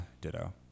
Ditto